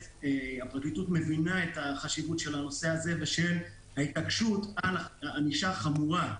הפרקליטות מבינה את החשיבות של הנושא הזה ושההתעקשות על הענישה החמורה,